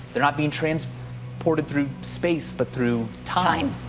they're not being transported sort of through space but through time.